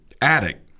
attic